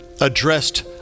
addressed